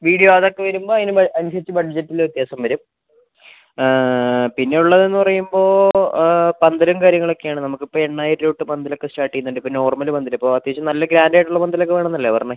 video അതൊക്കെ വരുമ്പോൾ അതിന് അനുസരിച്ച് ബഡ്ജറ്റിൽ വ്യത്യാസം വരും പിന്നെയുള്ളതെന്നു പറയുമ്പോൾ പന്തലും കാര്യങ്ങളൊക്കെയാണ് നമുക്കിപ്പോൾ എണ്ണായിരം രൂപ തൊട്ട് പന്തലൊക്കെ സ്റ്റാർട്ട് ചെയ്യുന്നുണ്ട് ഇപ്പോൾ നോർമല് പന്തൽ ഇപ്പോൾ അത്യാവശ്യം നല്ല ഗ്രാൻഡായിട്ടുള്ള പന്തലൊക്കെ വേണം എന്നല്ലേ പറഞ്ഞത്